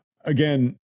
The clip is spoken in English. again